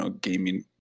gaming